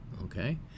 okay